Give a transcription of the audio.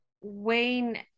Wayne